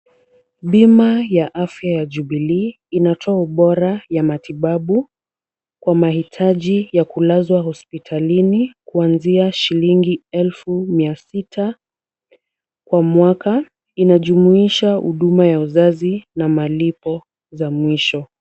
Bima ya afya ya jubilee inatoa ubora ya matibabu kwa mahitaji ya kulazwa hospitalini kuanzia shilingi elfu mia sita kwa mwaka. Inajumuisha huduma ya uzazi na malipo za mwisho.